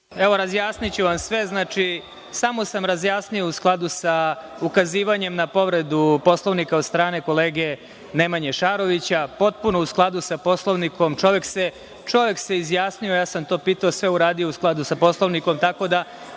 Marinković** Znači, samo sam razjasnio u skladu sa ukazivanjem na povredu Poslovnika od strane kolege Nemanje Šarovića potpuno u skladu sa Poslovnikom. Čovek se izjasnio, ja sam to pitao, sve uradio u skladu sa Poslovnikom, tako da